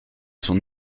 son